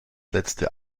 letzte